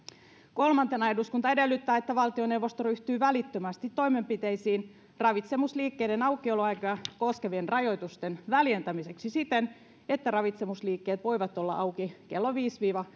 kolmantena eduskunta edellyttää että valtioneuvosto ryhtyy välittömästi toimenpiteisiin ravitsemusliikkeiden aukioloaikoja koskevien rajoitusten väljentämiseksi siten että ravitsemusliikkeet voivat olla auki kello viitenä viiva